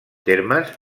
termes